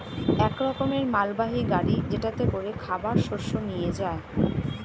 এক রকমের মালবাহী গাড়ি যেটাতে করে খাবার শস্য নিয়ে যায়